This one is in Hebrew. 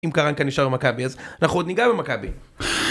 אם קרנקה נשאר במכבי אז אנחנו עוד ניגע במכבי